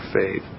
faith